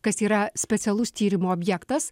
kas yra specialus tyrimo objektas